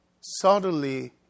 subtly